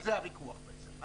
על זה הוויכוח, בעצם.